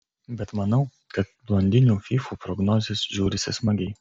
bet manau kad blondinių fyfų prognozės žiūrisi smagiai